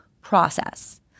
process